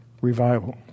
revival